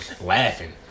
laughing